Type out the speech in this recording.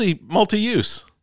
multi-use